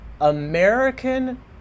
American